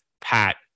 Pat